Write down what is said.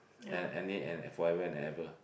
and any an appointment and ever